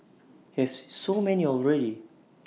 you have so many already